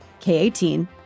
K18